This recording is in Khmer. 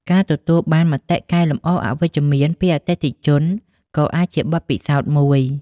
ការទទួលបានមតិកែលម្អអវិជ្ជមានពីអតិថិជនក៏អាចជាបទពិសោធន៍មួយ។